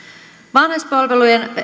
vanhuspalvelujen